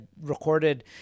recorded